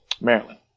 Maryland